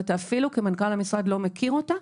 ואתה אפילו כמנכ"ל המשרד לא מכיר אותה.